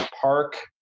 park